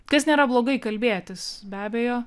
kas nėra blogai kalbėtis be abejo